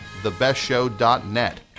thebestshow.net